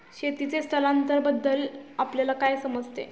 शेतीचे स्थलांतरबद्दल आपल्याला काय समजते?